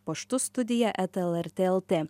paštu studija eta lrt lt